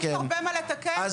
יש הרבה מה לתקן תמיד.